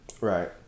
Right